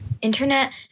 internet